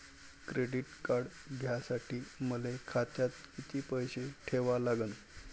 Credit card घ्यासाठी मले खात्यात किती पैसे ठेवा लागन?